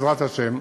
בעזרת השם,